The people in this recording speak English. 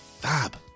fab